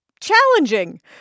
challenging